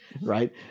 right